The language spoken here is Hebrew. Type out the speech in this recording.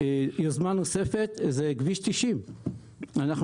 יוזמה נוספת היא כביש 90. אנחנו